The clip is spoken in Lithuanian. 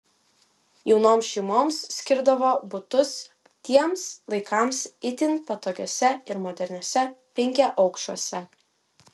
jaunoms šeimoms skirdavo butus tiems laikams itin patogiuose ir moderniuose penkiaaukščiuose